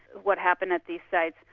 what happened at these sites,